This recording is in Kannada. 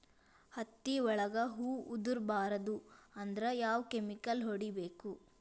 ಹತ್ತಿ ಒಳಗ ಹೂವು ಉದುರ್ ಬಾರದು ಅಂದ್ರ ಯಾವ ಕೆಮಿಕಲ್ ಹೊಡಿಬೇಕು?